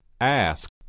Ask